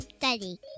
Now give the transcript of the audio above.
Daddy